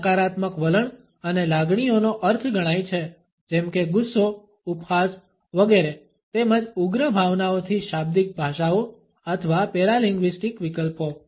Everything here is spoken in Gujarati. તે નકારાત્મક વલણ અને લાગણીઓનો અર્થ ગણાય છે જેમ કે ગુસ્સો ઉપહાસ વગેરે તેમજ ઉગ્ર ભાવનાઓથી શાબ્દિક ભાષાઓ અથવા પેરાલિંગ્વીસ્ટિક વિકલ્પો